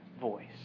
voice